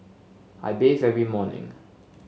I bathe every morning